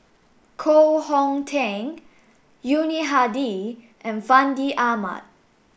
Koh Hong Teng Yuni Hadi and Fandi Ahmad